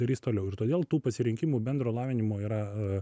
darys toliau ir todėl tų pasirinkimų bendro lavinimo yra